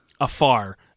afar